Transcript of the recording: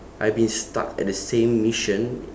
I've been stuck at the same mission